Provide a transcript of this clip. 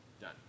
Done